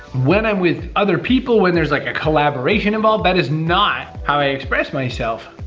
when i'm with other people, when there's like a collaboration involved, that is not how i express myself.